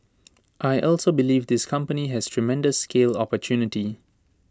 I also believe this company has tremendous scale opportunity